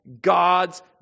God's